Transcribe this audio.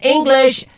English